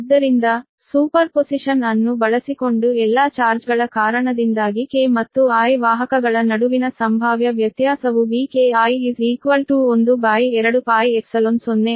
ಆದ್ದರಿಂದ ಸೂಪರ್ಪೊಸಿಶನ್ ಅನ್ನು ಬಳಸಿಕೊಂಡು ಎಲ್ಲಾ ಚಾರ್ಜ್ ಗಳ ಕಾರಣದಿಂದಾಗಿ k ಮತ್ತು i ವಾಹಕಗಳ ನಡುವಿನ ಸಂಭಾವ್ಯ ವ್ಯತ್ಯಾಸವು Vki 1 2 Πϵ 0 ಆಗಿರುತ್ತದೆ